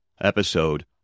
episode